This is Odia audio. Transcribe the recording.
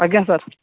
ଆଜ୍ଞା ସାର୍